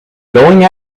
going